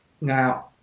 Now